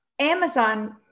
Amazon